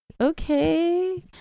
Okay